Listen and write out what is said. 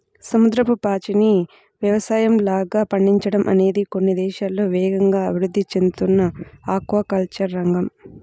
సముద్రపు పాచిని యవసాయంలాగా పండించడం అనేది కొన్ని దేశాల్లో వేగంగా అభివృద్ధి చెందుతున్న ఆక్వాకల్చర్ రంగం